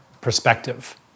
perspective